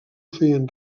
feien